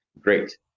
great